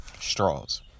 straws